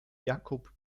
jakob